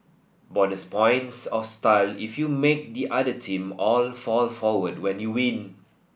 bonus points of style if you make the other team all fall forward when you win